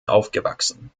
aufgewachsen